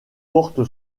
porte